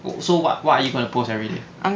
so what what are you going to post everyday